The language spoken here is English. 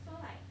so like